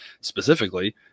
specifically